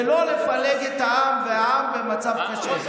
ולא לפלג את העם, והעם במצב קשה.